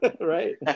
Right